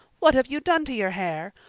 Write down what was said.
what have you done to your hair?